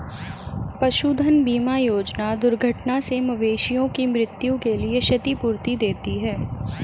पशुधन बीमा योजना दुर्घटना से मवेशियों की मृत्यु के लिए क्षतिपूर्ति देती है